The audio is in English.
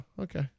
okay